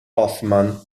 hoffman